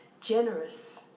generous